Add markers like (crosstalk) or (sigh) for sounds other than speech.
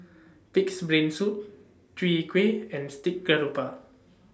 (noise) Pig'S Brain Soup Chwee Kueh and Steamed Garoupa